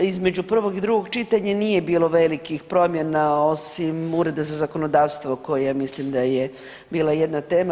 Između prvog i drugog čitanja nije bilo velikih promjena osim ureda za zakonodavstvo koji ja mislim da je bila jedna tema.